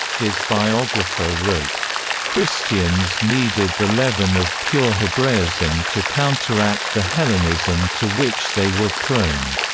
his biographer wrote christians needed the leaven of pure hebraism to counteract the hellenism to which they were prone.